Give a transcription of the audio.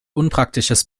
unpraktisches